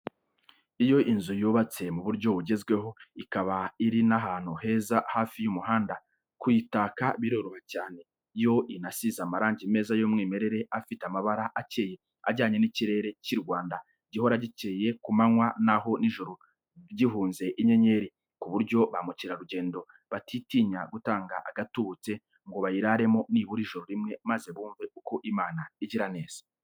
Iyo inzu yubatse mu buryo bugezweho, ikaba iri n'ahantu heza hafi y'umuhanda, kuyitaka biroroha cyane. Iyo inasize amarangi meza y'umwimerere afite amabara akeye ajyanye n'ikirere cy'i Rwanda gihora gikeye ku manywa naho nijoro gihunze inyenyeri; ku buryo ba mukerarugendo batatinya gutanga agatubutse ngo bayiraremo nibura ijoro rimwe maze bumve uko Imana igira neza.